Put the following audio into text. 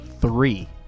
three